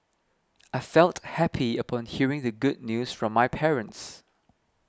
I felt happy upon hearing the good news from my parents